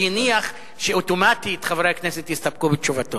כי הוא הניח שאוטומטית חברי הכנסת יסתפקו בתשובתו.